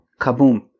kaboom